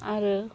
आरो